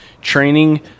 Training